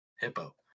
hippo